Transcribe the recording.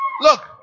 Look